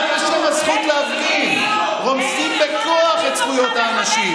רק בשם הזכות להפגין רומסים בכוח את זכויות האנשים.